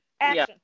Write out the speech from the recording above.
action